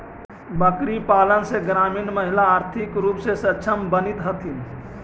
बकरीपालन से ग्रामीण महिला आर्थिक रूप से सक्षम बनित हथीन